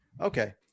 Okay